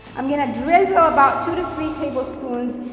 i'm gonna drizzle about two to three tablespoons.